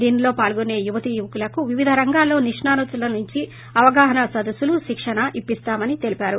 దీనిలో పాల్గొసే యువతీ యువకులకు వివిధ రంగాలలో నిష్ణాతుల నుంచి అవగాహనా సదస్సులు శిక్షణ ఇప్పిస్తామని తెలిపారు